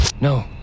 No